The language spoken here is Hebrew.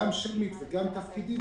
גם שמית וגם תפקידית,